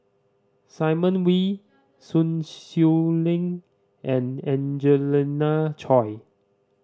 Simon Wee Sun Xueling and Angelina Choy